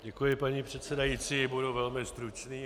Děkuji, paní předsedající, budu velmi stručný.